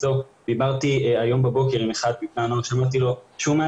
דיברתי הבוקר עם אחד מבני הנוער שהוא מעשן.